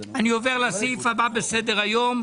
אני עובר לסעיף הבא בסדר היום.